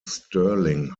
sterling